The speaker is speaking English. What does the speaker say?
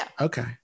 Okay